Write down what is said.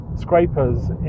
scrapers